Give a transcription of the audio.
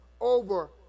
Over